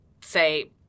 say –